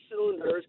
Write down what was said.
cylinders